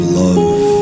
love